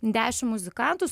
dešim muzikantų